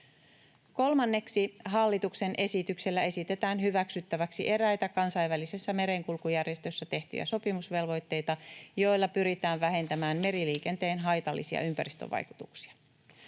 Kolmanneksi, hallituksen esityksellä esitetään hyväksyttäväksi eräitä Kansainvälisessä merenkulkujärjestössä tehtyjä sopimusvelvoitteita, joilla pyritään vähentämään meriliikenteen haitallisia ympäristövaikutuksia.